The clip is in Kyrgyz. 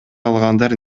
алгандар